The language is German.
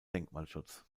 denkmalschutz